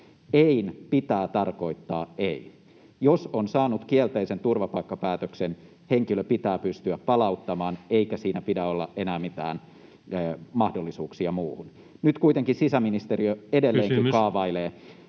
”Ein” pitää tarkoittaa ei: jos on saanut kielteisen turvapaikkapäätöksen, henkilö pitää pystyä palauttamaan, eikä siinä pidä olla enää mitään mahdollisuuksia muuhun. Nyt kuitenkin sisäministeriö edelleenkin [Puhemies: